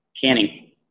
canning